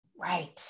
right